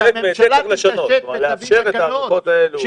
שהממשלה תתעשת ותביא תקנות,